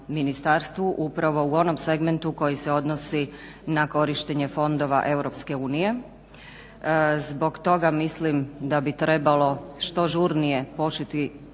ministarstvu upravo u onom segmentu koji se odnosi na korištenje Fondova EU. Zbog toga mislim da bi trebalo što žurnije početi